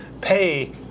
pay